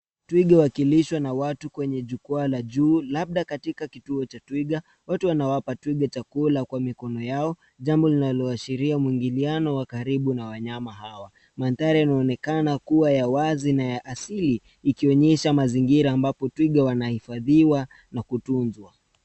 Twiga wakilishwa na watu kwenye jukwaa la juu labda katika kituo cha twiga. Watu wanawapa twiga chakula kwa mikono yao jambo linaloashiria mwigiliano wa kkaribu na wanyama hawa. Manthari yanaonekana kuwa ya wazi na ya asili ikionyesha mazingira ambapo twiga wanahifadhiwa na kutunzwa.